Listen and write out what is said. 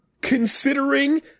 considering